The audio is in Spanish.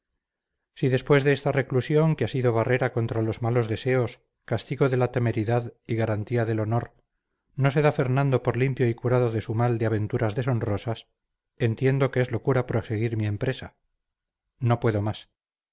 si después de esta reclusión que ha sido barrera contra los malos deseos castigo de la temeridad y garantía del honor no se da fernando por limpio y curado de su mal de aventuras deshonrosas entiendo que es locura proseguir mi empresa no puedo más